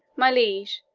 my liege,